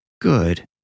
Good